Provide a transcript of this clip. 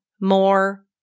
more